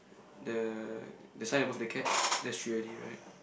the the sign above the cap that's ready right